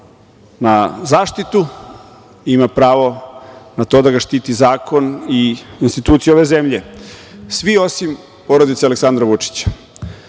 na zaštitu, ima pravo na to da ga štiti zakon i institucije ove zemlje. Svi, osim porodice Aleksandra Vučića.